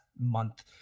month